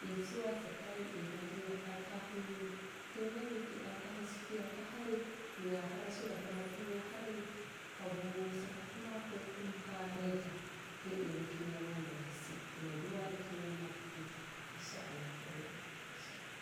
itsuwa sakari ima tinyamo da nkali kinnani kin kahi sutiyan kahari miya hara sulakama tinya harari kwabu saka kuma ko kum kareta tin ima tin ya mo ndirasi kimaduwana tinyamo pipi inshaa allahu rabbi.